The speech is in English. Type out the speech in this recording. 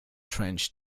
trench